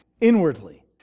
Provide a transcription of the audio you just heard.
inwardly